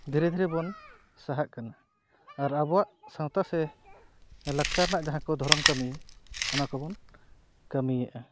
ᱫᱷᱤᱨᱮ ᱫᱷᱤᱨᱮ ᱵᱚᱱ ᱥᱟᱦᱟᱜ ᱠᱟᱱᱟ ᱟᱨ ᱟᱵᱚᱣᱟᱜ ᱥᱟᱵᱶᱛᱟ ᱥᱮ ᱞᱟᱠᱪᱟᱨ ᱨᱮᱱᱟᱜ ᱫᱷᱚᱨᱚᱢ ᱠᱟᱹᱢᱤ ᱚᱱᱟ ᱠᱚᱵᱚᱱ ᱠᱟᱹᱢᱤᱭᱮᱫᱼᱟ